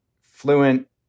fluent